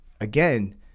Again